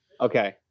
Okay